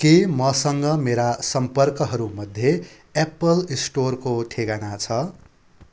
के मसँग मेरा सम्पर्कहरूमध्ये एप्पल स्टोरको ठेगाना छ